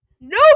no